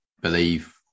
believe